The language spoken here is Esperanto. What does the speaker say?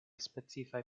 specifaj